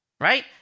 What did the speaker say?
right